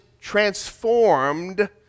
transformed